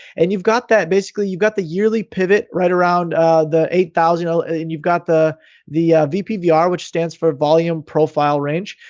and you've got that basically you've got the yearly pivot right around the eight thousand. ah and and you've got the the vpbr, which stands for a volume profile range,